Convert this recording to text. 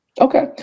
Okay